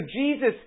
Jesus